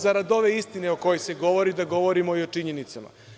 Zarad ove istine o kojoj se govori, da govorimo i o činjenicama.